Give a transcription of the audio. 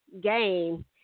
game